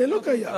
זה לא קיים.